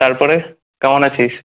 তারপরে কেমন আছিস